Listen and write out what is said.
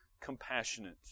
compassionate